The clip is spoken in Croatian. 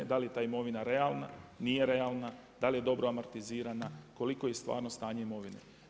Da li je ta imovina realna, nije realna, da li je dobro amortizirana, koliko je stvarno stanje imovine.